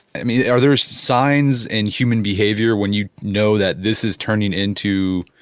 i mean are there signs in human behavior when you know that this is turning into.